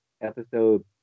episode